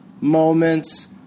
moments